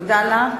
תודה לך,